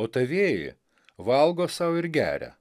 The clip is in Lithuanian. o tavieji valgo sau ir geria